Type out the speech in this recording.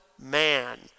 man